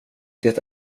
det